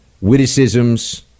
witticisms